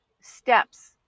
steps